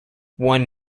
one